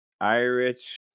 Irish